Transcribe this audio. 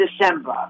December